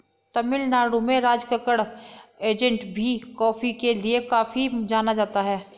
तमिल नाडु में राजकक्कड़ एस्टेट भी कॉफी के लिए काफी जाना जाता है